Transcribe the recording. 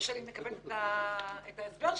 לא שאני מקבלת את ההסבר שלהם.